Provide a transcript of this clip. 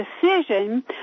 decision